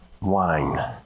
wine